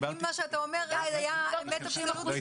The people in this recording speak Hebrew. אם מה שאתה אומר היה אמת אבסולוטית,